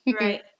Right